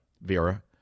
Vera